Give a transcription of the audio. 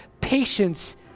patience